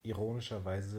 ironischerweise